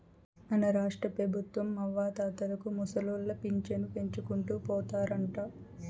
మన రాష్ట్రపెబుత్వం అవ్వాతాతలకు ముసలోళ్ల పింఛను పెంచుకుంటూ పోతారంట